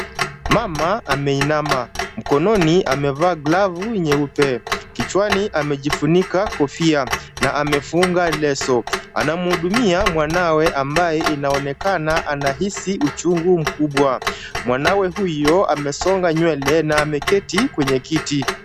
Mama ameinama. Mkononi amevaa glavu nyeupe, kichwani amejifunika kofia na amefunga leso. Anamhudumia mwanawe ambaye inaonekana anahisi uchungu mkubwa. Mwanawe huyo amesonga nywele na ameketi kwenye kiti.